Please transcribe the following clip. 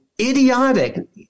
idiotic